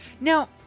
Now